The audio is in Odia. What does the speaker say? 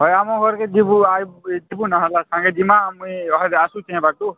ହେ ଆମ ଘର୍କେ ଯିବୁ ଥିବୁ ନେହେଲେ ସାଙ୍ଗେ ଜିମା ମୁଇଁ ରହିଲେ ଆସୁଛେ ନେବାକୁ